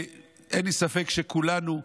ואין לי ספק שכולנו,